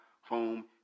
home